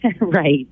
Right